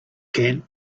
can